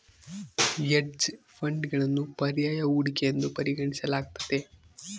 hedge ಫಂಡ್ಗಳನ್ನು ಪರ್ಯಾಯ ಹೂಡಿಕೆ ಎಂದು ಪರಿಗಣಿಸಲಾಗ್ತತೆ